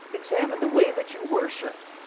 examine the way that you worship.